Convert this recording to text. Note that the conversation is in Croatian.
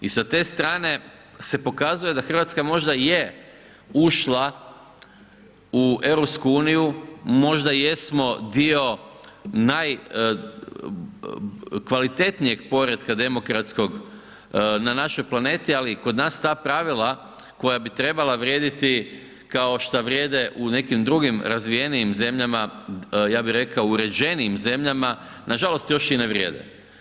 I sa te strane se pokazuje da Hrvatska možda i je ušla u EU, možda jesmo dio najkvalitetnije poretka demokratskog na našoj planeti, ali kod nas ta pravila koja bi trebala vrijediti kao šta vrijede u nekim drugim razvijenijim zemljama, ja bih rekao uređenijim zemljama, nažalost još i ne vrijede.